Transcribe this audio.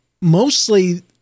mostly